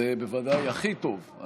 זה בוודאי הכי טוב,